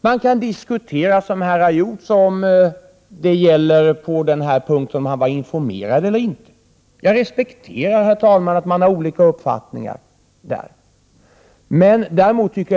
Man kan diskutera, som här har gjorts, om han på den här punkten var informerad eller inte. Jag respekterar att man har olika uppfattning på den punkten.